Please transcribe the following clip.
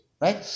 Right